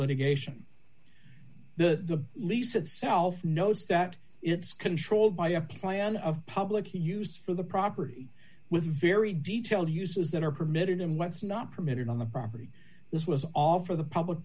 litigation the lease itself knows that it's controlled by a plan of public he used for the property with very detailed uses that are permitted in what's not permitted on the property this was all for the public